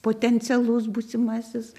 potencialus būsimasis